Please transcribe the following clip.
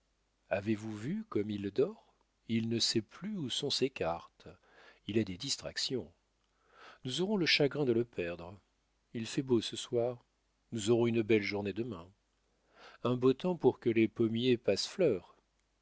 avez-vous vu comme il dort il ne sait plus où sont ses cartes il a des distractions nous aurons le chagrin de le perdre il fait beau ce soir nous aurons une belle journée demain un beau temps pour que les pommiers passent